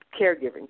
caregiving